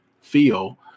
feel